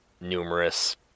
numerous